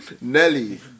Nelly